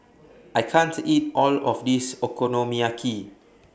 I can't eat All of This Okonomiyaki